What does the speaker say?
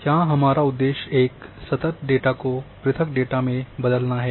यहाँ हमारा उद्देश्य एक सतत डेटा को पृथक डेटा में बदलना है